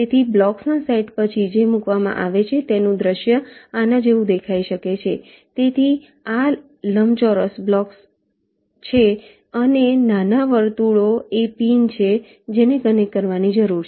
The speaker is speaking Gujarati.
તેથી બ્લોક્સના સેટ પછી જે મૂકવામાં આવે છે તેનું દૃશ્ય આના જેવું દેખાઈ શકે છે તેથી આ લંબચોરસ બોક્સ બ્લોક્સ છે અને નાના વર્તુળો એ પિન છે જેને કનેક્ટ કરવાની જરૂર છે